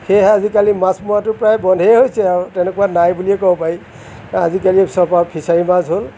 সেয়েহে আজিকালি মাছ মৰাটো প্ৰায় বন্ধেই হৈছে আৰু তেনেকুৱা নাই বুলিয়ে ক'ব পাৰি আজিকালি চ'ব আৰু ফিছাৰীৰ মাছ হ'ল